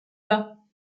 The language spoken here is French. bas